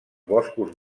boscos